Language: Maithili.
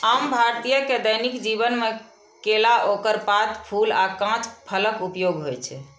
आम भारतीय के दैनिक जीवन मे केला, ओकर पात, फूल आ कांच फलक उपयोग होइ छै